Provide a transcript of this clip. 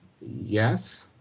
Yes